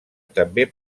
també